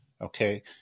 okay